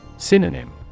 Synonym